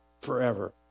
forever